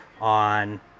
on